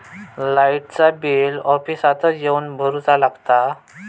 लाईटाचा बिल ऑफिसातच येवन भरुचा लागता?